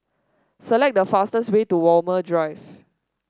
select the fastest way to Walmer Drive